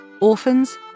Orphans